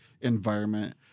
environment